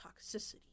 toxicity